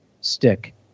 stick